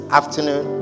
afternoon